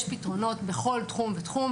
יש פתרונות בכל תחום ותחום,